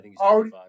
already